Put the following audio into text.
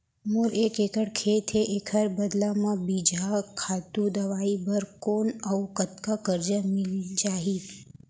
मोर एक एक्कड़ खेत हे, एखर बदला म बीजहा, खातू, दवई बर कोन अऊ कतका करजा मिलिस जाही?